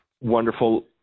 wonderful